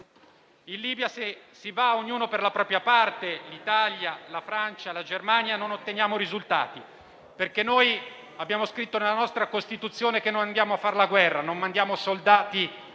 in Libia si va ognuno per la propria parte - l'Italia, la Francia, la Germania - non otteniamo risultati. Noi, infatti, abbiamo scritto nella nostra Costituzione che non andiamo a fare la guerra e non mandiamo soldati,